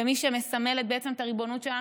כמי שמסמלת את הריבונות שלנו,